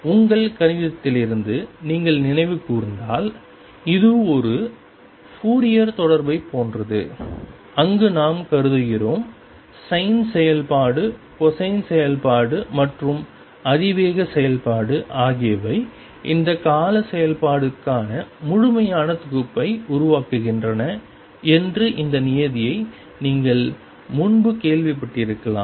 உங்கள் கணிதத்திலிருந்து நீங்கள் நினைவு கூர்ந்தால் இது ஒரு ஃபோரியர் தொடரைப் போன்றது அங்கு நாம் கருதுகிறோம் சைன் செயல்பாடு கொசைன் செயல்பாடு மற்றும் அதிவேக செயல்பாடு ஆகியவை அந்த கால செயல்பாடுகளுக்கான முழுமையான தொகுப்பை உருவாக்குகின்றன என்று இந்த நியதியை நீங்கள் முன்பு கேள்விப்பட்டிருக்கலாம்